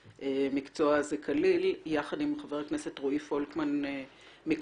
המקצוע הזה כליל יחד עם חבר הכנסת רועי פולקמן מכולנו,